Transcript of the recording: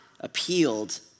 appealed